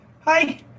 hi